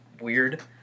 weird